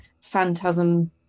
phantasm